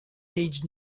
needs